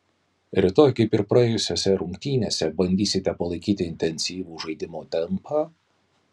rytoj kaip ir praėjusiose rungtynėse bandysite palaikyti intensyvų žaidimo tempą